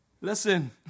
Listen